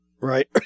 Right